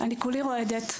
אני כולי רועדת.